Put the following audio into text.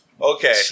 Okay